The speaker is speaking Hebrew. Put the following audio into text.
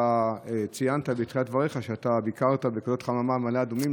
אתה ציינת בתחילת דבריך שאתה ביקרת בחממה כזאת במעלה אדומים.